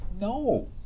No